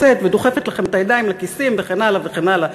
ודוחפת לכם את הידיים לכיסים וכן הלאה וכן הלאה,